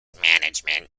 management